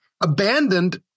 abandoned